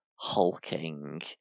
hulking